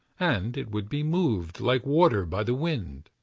and it would be moved, like water, by the wind.